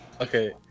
Okay